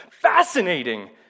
fascinating